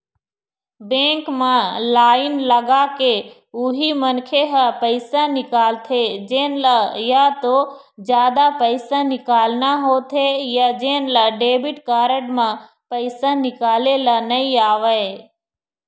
bank म line लगाके उही मनखे ह पइसा निकालथे जेन ल या तो जादा पइसा निकालना होथे या जेन ल डेबिट कारड म पइसा निकाले ल नइ आवय